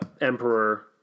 Emperor